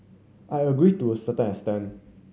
I agree to a certain extent